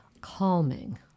calming